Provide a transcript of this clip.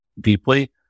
deeply